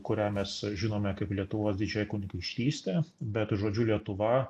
kurią mes žinome kaip lietuvos didžiąją kunigaikštystę bet žodžiu lietuva